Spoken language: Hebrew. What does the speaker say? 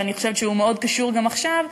ואני חושבת שהוא מאוד קשור גם עכשיו,